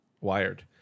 Wired